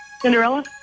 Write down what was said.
Cinderella